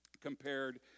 compared